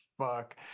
fuck